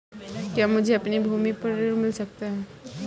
क्या मुझे अपनी भूमि पर ऋण मिल सकता है?